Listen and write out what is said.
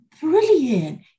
brilliant